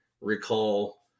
recall